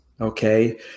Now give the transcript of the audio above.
okay